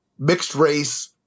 mixed-race